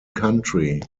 country